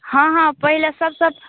हँ हँ पहले सब से